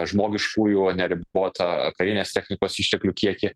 žmogiškųjų neribotą karinės technikos išteklių kiekį